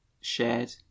shared